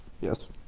Yes